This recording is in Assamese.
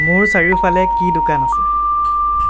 মোৰ চাৰিওফালে কি দোকান আছে